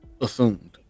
assumed